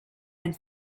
and